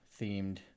themed